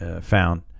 found